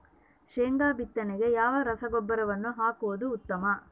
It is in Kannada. ಶೇಂಗಾ ಬಿತ್ತನೆಗೆ ಯಾವ ರಸಗೊಬ್ಬರವನ್ನು ಹಾಕುವುದು ಉತ್ತಮ?